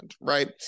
right